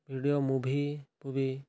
video ମୁଭିକୁ ବି